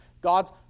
God's